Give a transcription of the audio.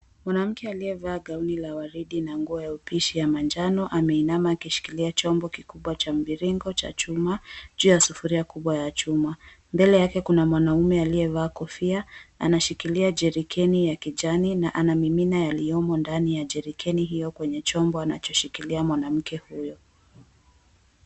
Mwanamke aliyevaa gauni la waridi na nguo ya upishi ya manjano ameinama akishikilia chombo kikubwa cha mviringo cha chuma juu ya sufuria kubwa ya chuma. Mbele yake kuna mwanaume aliyevaa kofia, anashikilia jerikeni ya kijani na anamimina yaliyomo ndani ya jerikeni hiyo kwenye chombo anachoshikilia mwanamke huyo.